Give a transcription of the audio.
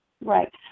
Right